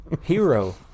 hero